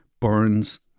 burns